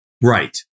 Right